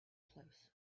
place